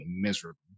miserable